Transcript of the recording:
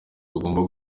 bagomba